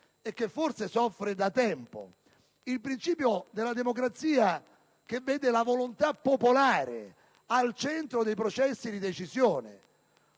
e che forse soffre da tempo, è quello della democrazia, che vede la volontà popolare al centro dei processi di decisione.